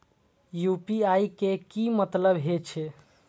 UPI के की मतलब हे छे?